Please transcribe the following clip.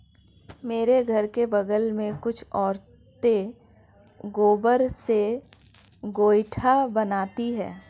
मेरे घर के बगल में कुछ औरतें गोबर से गोइठा बनाती है